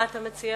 מה אתה מציע?